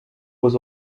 was